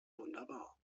wunderbar